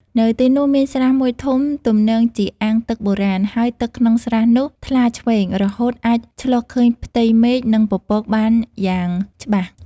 នៅទីនោះមានស្រះមួយធំ ទំនងជាអាងទឹកបុរាណ ហើយទឹកក្នុងស្រះនោះថ្លាឈ្វេង រហូតអាចឆ្លុះឃើញផ្ទៃមេឃ និងពពកបានយ៉ាងច្បាស់។